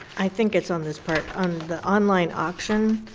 i think it's on this part. on the online auction.